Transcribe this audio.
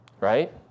right